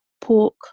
pork